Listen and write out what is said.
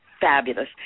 fabulous